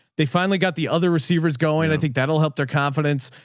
they finally got the other receivers going. i think that'll help their confidence.